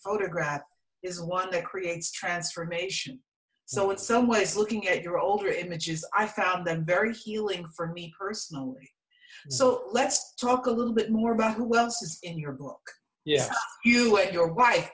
photograph is one that creates transformation so in some ways looking at your older images i found them very fueling for me personally so let's talk a little bit more about what's in your book yeah you wait your wife